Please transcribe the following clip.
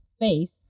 face